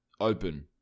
open